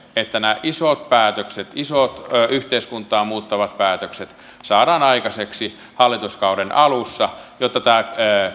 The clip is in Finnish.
että nämä isot päätökset isot yhteiskuntaa muuttavat päätökset saadaan aikaiseksi hallituskauden alussa jotta tämä